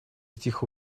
тихо